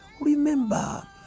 Remember